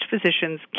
physicians